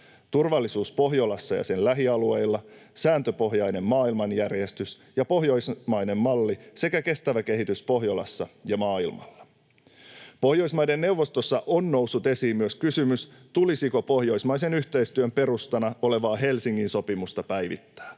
turvallisuus Pohjolassa ja sen lähialueilla, sääntöpohjainen maailmanjärjestys ja pohjoismainen malli sekä kestävä kehitys Pohjolassa ja maailmalla. Pohjoismaiden neuvostossa on noussut esiin myös kysymys, tulisiko pohjoismaisen yhteistyön perustana olevaa Helsingin sopimusta päivittää.